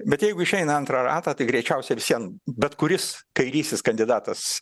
bet jeigu išeina į antrą ratą tai greičiausiai vis vien bet kuris kairysis kandidatas